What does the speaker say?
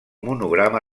monograma